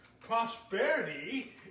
Prosperity